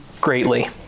greatly